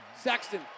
Sexton